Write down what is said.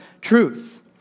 truth